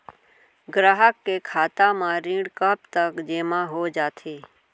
ग्राहक के खाता म ऋण कब तक जेमा हो जाथे?